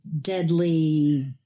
Deadly